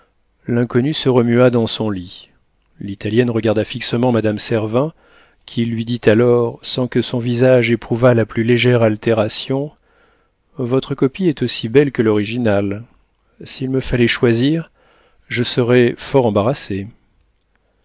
l'inconnu se remua dans son lit l'italienne regarda fixement madame servin qui lui dit alors sans que son visage éprouvât la plus légère altération votre copie est aussi belle que l'original s'il me fallait choisir je serais fort embarrassée